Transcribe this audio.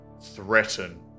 threaten